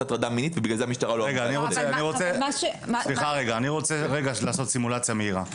הטרדה מינית לכן המשטרה- -- אני רוצה לעשות סימולציה מהירה.